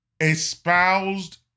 espoused